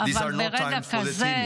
אבל הימים הללו אינם ימים להססנים.